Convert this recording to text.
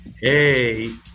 Hey